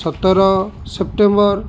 ସତର ସେପ୍ଟେମ୍ବର